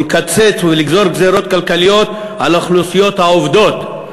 ולקצץ ולגזור גזירות כלכליות על האוכלוסיות העובדות,